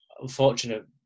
unfortunate